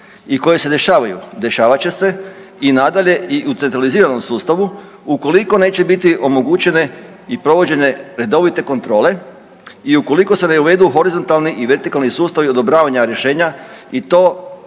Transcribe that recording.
i koje se dešavaju, dešavat će se i nadalje i u centraliziranom sustavu ukoliko neće biti omogućene i provođenje redovite kontrole i ukoliko se ne uvedu horizontalni i vertikalni sustavi odobravanja rješenja i to